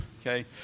okay